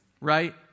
right